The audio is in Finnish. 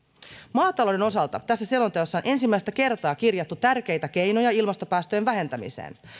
maatalouden osalta tässä selonteossa on ensimmäistä kertaa kirjattu tärkeitä keinoja ilmastopäästöjen vähentämiseen